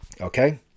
Okay